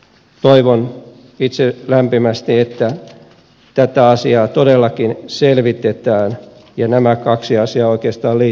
toivon itse lämpimästi että tätä asiaa todellakin selvitetään ja nämä kaksi asiaa oikeastaan liittyvät toisiinsa